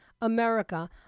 America